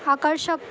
आकर्षक